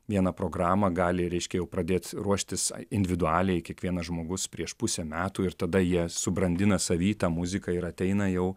vieną programą gali reiškia jau pradėt ruoštis individualiai kiekvienas žmogus prieš pusę metų ir tada jie subrandina savy tą muziką ir ateina jau